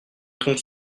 trompe